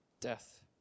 death